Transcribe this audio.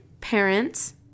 parents